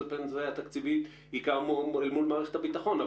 הפנסיה התקציבית היא מול מערכת הביטחון,